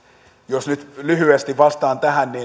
jos nyt lyhyesti vastaan tähän